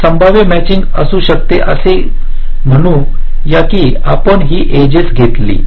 एक संभाव्य मॅचिंग असू शकते असे म्हणू या की आपण ही एजेसघेतली